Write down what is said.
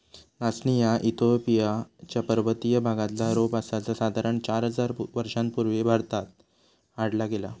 नाचणी ह्या इथिओपिया च्या पर्वतीय भागातला रोप आसा जा साधारण चार हजार वर्षां पूर्वी भारतात हाडला गेला